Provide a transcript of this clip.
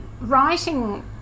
writing